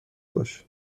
باشه